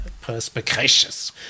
Perspicacious